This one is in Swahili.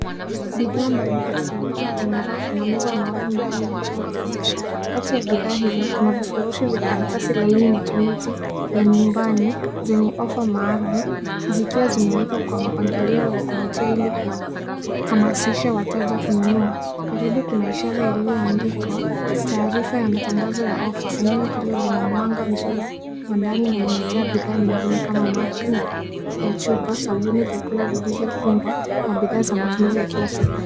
Bidhaa mbalimbali zimepangwa kwenye rafu na meza maalum ndani ya jengo la biashara. Kati ya bidhaa hizo kuna vifurushi vya karatasi laini matumizi ya nyumbani zenye ofa maalum zikiwa zimewekwa kwa mpangilio wa kuvutia ili kuwahamasisha wateja kununua. Karibu kuna ishara iliyoandikwa, taarifa ya matangazo ya ofa. Eneo hilo lina mwanga mzuri wa ndani na limejaa bidhaa nyingine kama maji ya chupa, sabuni, vyakula vilivyofungwa na bidhaa za matumizi ya kila siku.